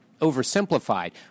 oversimplified